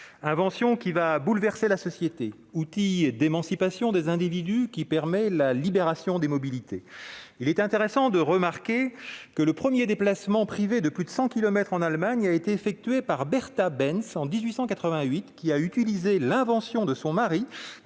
invention qui bouleversera la société, outil d'émancipation des individus qui favorisera la libération des mobilités. Il est intéressant de remarquer que le premier déplacement privé de plus de cent kilomètres en Allemagne a été effectué par Bertha Benz en 1888 : celle-ci utilisa l'invention de son mari